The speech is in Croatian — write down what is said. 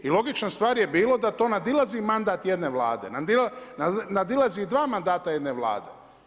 I logična stvar je bilo da to nadilazi mandat jedne vlade, nadilazi i dva mandata jedne vlade.